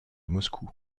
moscou